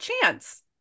chance